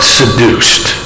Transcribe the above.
seduced